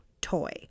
toy